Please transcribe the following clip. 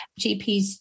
GPs